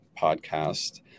podcast